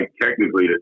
technically